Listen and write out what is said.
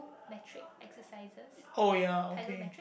metric exercises plyometric